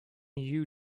you